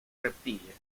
reptiles